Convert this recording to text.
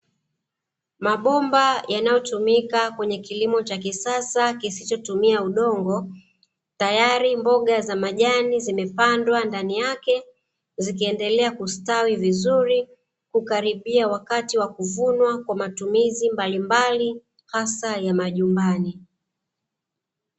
Mabomba yanayotumika kwenye kilimo cha kisasa kisichotumia udongo, tayari mboga za majani zimepandwa ndani yake, zikiendelea kustawi vizuri, kukaribia wakati wa kuvuna kwa matumiz mbalimbali hasa ya majumbani.